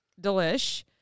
delish